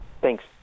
Thanks